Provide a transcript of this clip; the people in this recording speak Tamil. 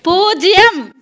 பூஜ்யம்